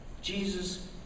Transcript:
Jesus